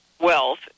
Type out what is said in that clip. wealth